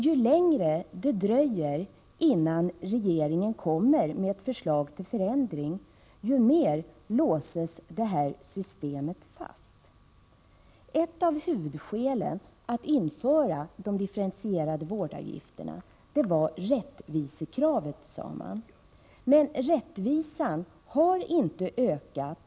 Ju längre det dröjer innan regeringen kommer med ett förslag till förändring, desto mer låses systemet fast. Ett av huvudskälen till att införa de differentierade vårdavgifterna var rättvisekravet, sades det. Men rättvisan har inte ökat.